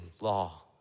law